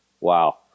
wow